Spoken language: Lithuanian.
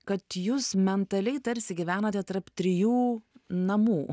kad jūs mentalei tarsi gyvenote tarp trijų namų